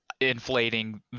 inflating